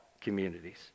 communities